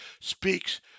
speaks